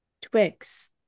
Twix